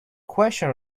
question